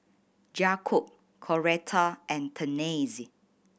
Jakobe Coletta and Tennessee